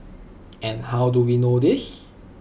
and how do we know this